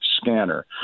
Scanner